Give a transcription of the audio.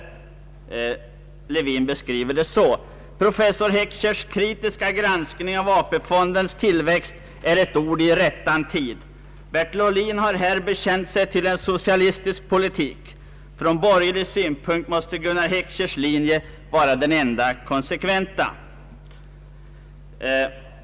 Lewin beskriver det på följande sätt: ”Professor Heckschers kritiska granskning av AP-fondens tillväxt är ett ord i rättan tid... Bertil Ohlin har här bekänt sig till en socialistisk politik. Från borgerlig synpunkt måste Gunnar Heckschers linje vara den enda konsekventa ...”.